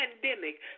pandemic